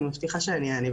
אני מבטיחה שאני אענה.